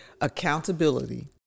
accountability